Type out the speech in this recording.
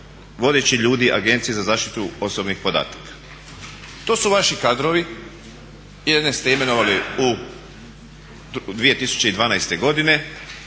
vodeći ljudi Agencije za zaštitu osobnih podataka. To su vaši kadrovi, jedne ste imenovali 2012. godine.